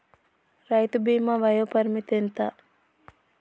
రైతు బీమా వయోపరిమితి ఎంత?